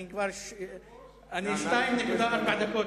אני פה 2.4 דקות.